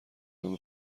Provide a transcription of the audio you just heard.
نام